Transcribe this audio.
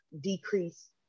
decrease